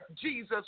Jesus